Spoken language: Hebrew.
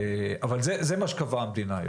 אבל זה מה שקבעה המדינה.